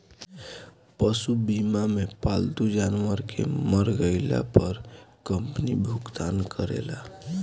पशु बीमा मे पालतू जानवर के मर गईला पर कंपनी भुगतान करेले